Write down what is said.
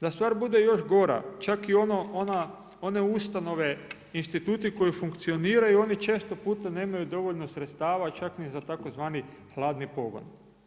Da stvar bude još gora, čak i one ustanove i instituti koji funkcioniraju oni često puta nemaju dovoljno sredstava čak ni za tzv. hladni pogon.